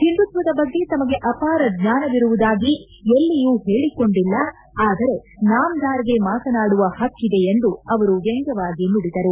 ಹಿಂದುತ್ತದ ಬಗ್ಗೆ ತಮಗೆ ಅಪಾರ ಜ್ವಾನವಿರುವುದಾಗಿ ಎಲ್ಲಿಯೂ ಹೇಳಿಕೊಂಡಿಲ್ಲ ಆದರೆ ನಾಮ್ದಾರ್ಗೆ ಮಾತನಾಡುವ ಹಕ್ಕಿದೆ ಎಂದು ಅವರು ವ್ಲಂಗ್ಲವಾಗಿ ನುಡಿದರು